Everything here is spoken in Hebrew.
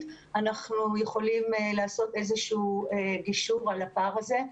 אנחנו יכולים לעשות איזשהו גישור על הפער הזה.